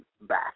back